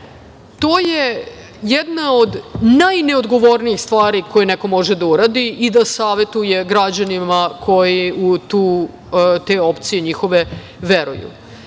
To je jedna od najneodgovornijih stvari koje neko može da uradi i da savetuje građanima koji u te opcije njihove veruju.